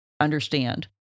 understand